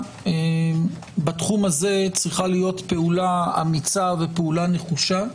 בתחום הזה צריכה להיות אמיצה ונחושה,